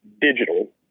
digital